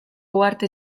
uharte